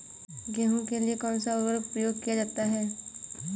गेहूँ के लिए कौनसा उर्वरक प्रयोग किया जाता है?